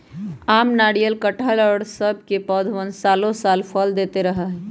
आम, नारियल, कटहल और सब के पौधवन सालो साल फल देते रहा हई